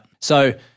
So-